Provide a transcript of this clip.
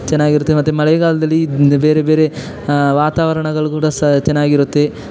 ಚೆನ್ನಾಗಿರುತ್ತೆ ಮತ್ತು ಮಳೆಗಾಲದಲ್ಲಿ ಬೇರೆ ಬೇರೆ ವಾತಾವರಣಗಳು ಕೂಡ ಸ ಚೆನ್ನಾಗಿರುತ್ತೆ